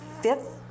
fifth